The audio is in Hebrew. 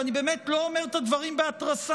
ואני באמת לא אומר את הדברים בהתרסה,